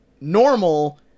normal